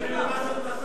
משלמים למס הכנסה.